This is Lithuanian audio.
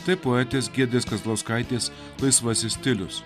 tai poetės giedrės kazlauskaitės laisvasis stilius